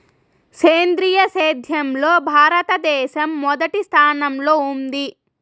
సేంద్రీయ సేద్యంలో భారతదేశం మొదటి స్థానంలో ఉంది